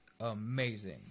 amazing